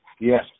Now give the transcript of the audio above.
Yes